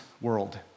world